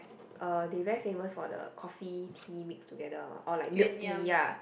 uh they very famous for the coffee tea mix together one what or like milk tea ya